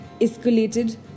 escalated